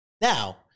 Now